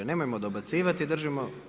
Nemojmo dobacivati, držimo.